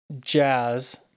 jazz